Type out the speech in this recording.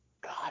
God